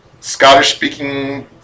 Scottish-speaking